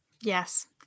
Yes